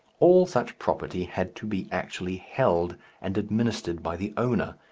all such property had to be actually held and administered by the owner,